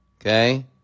Okay